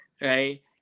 right